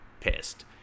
pissed